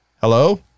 Hello